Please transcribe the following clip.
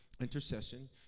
intercession